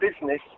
business